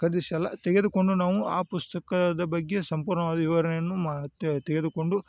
ಖರೀದಿಸಿ ಅಲ್ಲ ತೆಗೆದುಕೊಂಡು ನಾವು ಆ ಪುಸ್ತಕದ ಬಗ್ಗೆ ಸಂಪೂರ್ಣವಾದ ವಿವರಣೆಯನ್ನು ಮಾ ತೆಗೆದುಕೊಂಡು